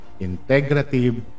integrative